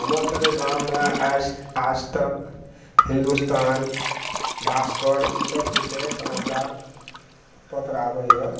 हमर सबके गाममे आज आजतक हिन्दुस्तान भास्कर इसब जे छै समाचार पत्र आबैया